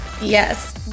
Yes